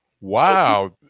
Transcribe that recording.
Wow